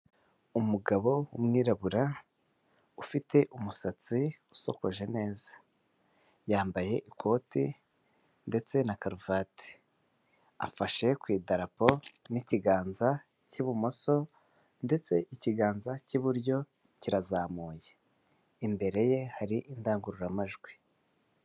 Umugabo w'ummwirabura ufite umusatsi usokoje neza yambaye ikote ndetse na karuvati afashe ku idarapo n'ikiganza cy'ibumoso ndetse ikiganza cy'iburyo kirazamuye imbere ye hari indangururamajwi.